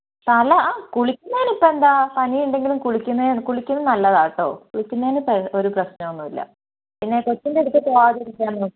തല കുളിക്കുന്നതിനിപ്പോൾ എന്താ പനി ഉണ്ടെങ്കിലും കുളിക്കുന്നത് നല്ലതാണ് കേട്ടോ കുളിക്കുന്നതിന് ഒരു പ്രശ്നം ഒന്നുമില്ല പിന്നെ കൊച്ചിൻ്റെ അടുത്ത് പോകാതെ ഇരിക്കാൻ നോക്കുക